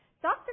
Dr